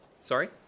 Sorry